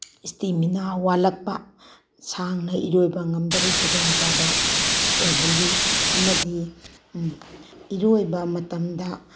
stamina ꯋꯥꯠꯂꯛꯄ ꯁꯥꯡꯅ ꯏꯔꯣꯏꯕ ꯉꯝꯗꯕꯩ ꯈꯨꯗꯣꯡ ꯆꯥꯕ ꯑꯣꯏꯍꯜꯂꯤ ꯑꯃꯗꯤ ꯏꯔꯣꯏꯕ ꯃꯇꯝꯗ